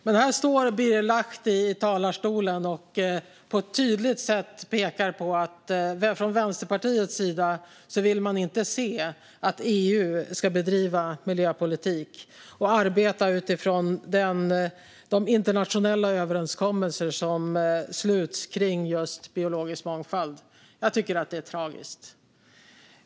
Men här står Birger Lahti i talarstolen och på ett tydligt sätt pekar på att man från Vänsterpartiets sida inte vill se att EU ska bedriva miljöpolitik och arbeta utifrån de internationella överenskommelser som sluts kring just biologisk mångfald. Jag tycker att det är tragiskt.